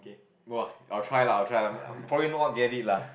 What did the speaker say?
!wah! I will try lah I will try lah I'll probably not get it lah